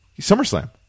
SummerSlam